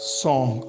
song